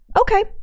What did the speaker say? Okay